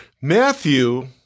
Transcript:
Matthew